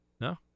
No